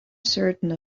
certain